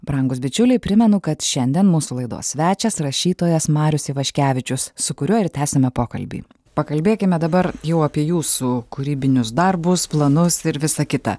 brangūs bičiuliai primenu kad šiandien mūsų laidos svečias rašytojas marius ivaškevičius su kuriuo ir tęsiame pokalbį pakalbėkime dabar jau apie jūsų kūrybinius darbus planus ir visa kita